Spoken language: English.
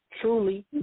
truly